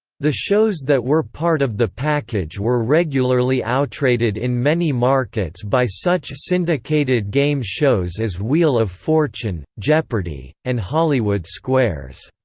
the shows that were part of the package were regularly outrated in many markets by such syndicated game shows as wheel of fortune, jeopardy! and hollywood squares.